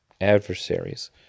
adversaries